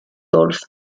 toulouse